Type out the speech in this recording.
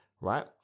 right